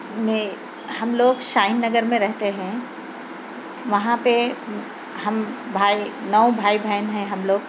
میں ہم لوگ شاہین نگر میں رہتے ہیں وہاں پہ ہم بھائی نو بھائی بہن ہیں ہم لوگ